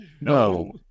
no